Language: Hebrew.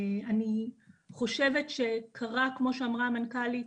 ואני חושבת שכמו שאמרה המנכ"לית,